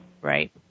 Right